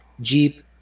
Jeep